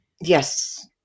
Yes